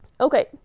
Okay